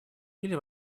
или